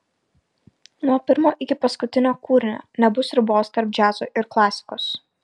nuo pirmo iki paskutinio kūrinio nebus ribos tarp džiazo ir klasikos